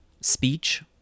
speech